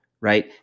right